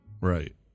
Right